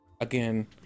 again